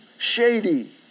shady